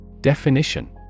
Definition